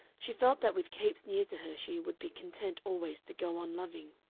she felt that with capes near to her she would be content always to go on loving.